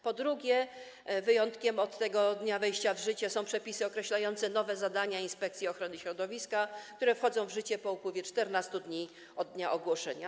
Po drugie, wyjątkiem od reguły, jeżeli chodzi o dzień wejścia w życie, są przepisy określające nowe zadania Inspekcji Ochrony Środowiska, które wchodzą w życie po upływie 14 dni od dnia ogłoszenia.